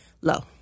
low